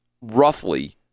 roughly